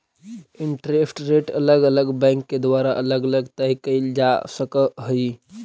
interest rate अलग अलग bank के द्वारा अलग अलग तय कईल जा सकऽ हई